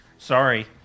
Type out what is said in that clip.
Sorry